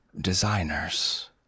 designers